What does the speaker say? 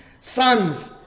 sons